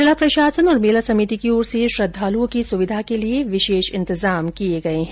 जिला प्रशासन और मेला समिति की ओर से श्रृद्वालुओं की सुविधा के विशेष इंतजाम किये गये है